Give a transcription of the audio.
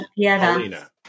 Paulina